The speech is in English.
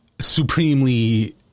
supremely